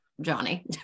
johnny